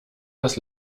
das